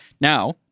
Now